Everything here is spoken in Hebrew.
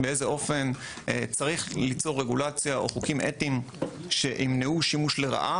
באיזה אופן צריך ליצור רגולציה או חוקים אתיים שימנעו שימוש לרעה